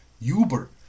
Uber